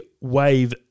wave